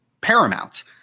paramount